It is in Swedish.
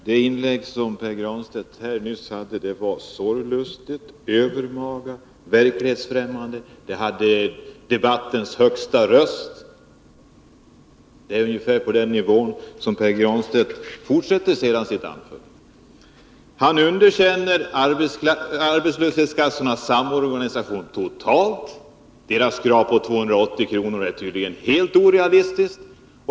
Herr talman! Det inlägg som Pär Granstedt nyss hade var sorglustigt, övermaga och verklighetsfrämmande. Det hade debattens högsta röst. Det var på den nivån som Pär Granstedt höll sitt anförande. Han underkänner totalt arbetslöshetskassornas samorganisation. Dess krav på 280 kr. är tydligen helt orealistiskt.